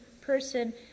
person